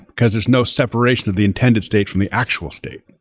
because there's no separation of the intended state from the actual state.